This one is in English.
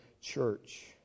church